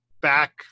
back